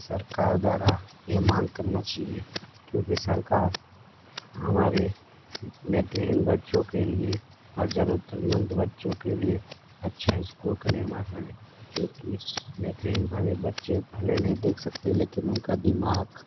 सरकार द्वारा यह मांग करना चाहिए क्योंकि सरकार हमारे नेत्रहीन बच्चों के लिए और ज़रूरतमंद बच्चों के लिए अच्छा स्कूल का निर्माण करें क्योंकि नेत्रहीन वालों बच्चे भले नहीं देख सकते लेकिन उनका दिमाग